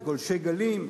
גולשי גלים,